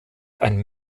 ein